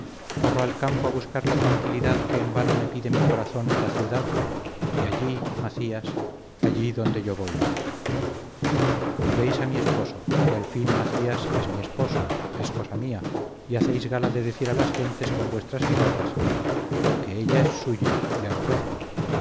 corro al campo a buscar la tranquilidad que en vano me pide mi corazón en la ciudad y allí macías allí donde yo voy veis a mi esposo que al fin macías es mi esposo es cosa mía y hacéis gala de decir a las gentes con vuestras miradas porque ella es suya le aborrezco